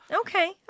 okay